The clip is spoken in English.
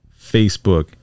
Facebook